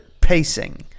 pacing